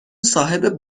صاحب